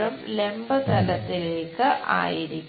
എല്ലായ്പ്പോഴും ലംബ തലത്തിലേക്ക് ആയിരിക്കും